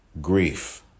grief